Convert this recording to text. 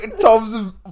Tom's